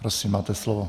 Prosím, máte slovo.